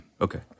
Okay